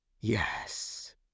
Yes